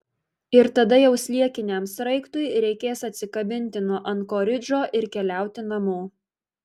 ir tada jau sliekiniam sraigtui reikės atsikabinti nuo ankoridžo ir keliauti namo